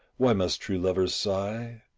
why must true lovers sigh?